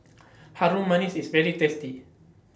Harum Manis IS very tasty